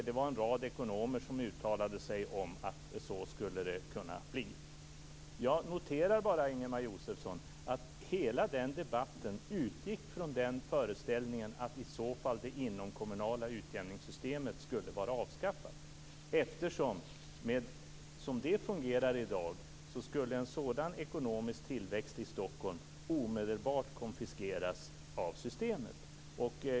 En rad ekonomer uttalade sig och sade att så skulle det kunna bli. Jag noterar bara, Ingemar Josefsson, att hela den debatten utgick från föreställningen att det inomkommunala utjämningssystemet i så fall skulle vara avskaffat. Som det fungerar i dag skulle nämligen en sådan ekonomisk tillväxt i Stockholm omedelbart konfiskeras av systemet.